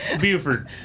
Buford